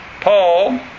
Paul